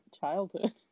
childhood